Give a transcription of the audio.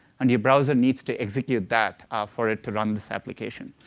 and your browser needs to execute that for it to run this application.